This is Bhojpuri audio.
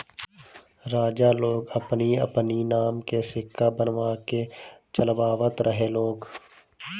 राजा लोग अपनी अपनी नाम के सिक्का बनवा के चलवावत रहे लोग